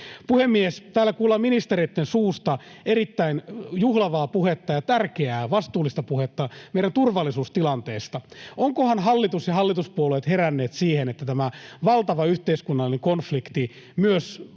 Puhemies! Täällä kuullaan ministereitten suusta erittäin juhlavaa puhetta ja tärkeää, vastuullista puhetta meidän turvallisuustilanteestamme. Ovatkohan hallitus ja hallituspuolueet heränneet siihen, että tämä valtava yhteiskunnallinen konflikti myös